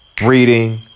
reading